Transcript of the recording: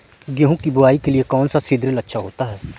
गेहूँ की बुवाई के लिए कौन सा सीद्रिल अच्छा होता है?